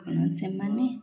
ସେମାନେ